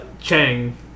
Chang